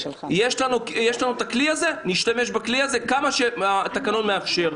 יש לנו הכלי הזה נשתמש בכלי הזה כמה שהתקנון מאפשר.